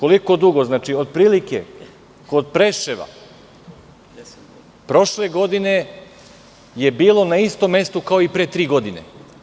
Otprilike kod Preševa prošle godine je bilo na istom mestu kao i pre tri godine.